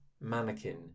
mannequin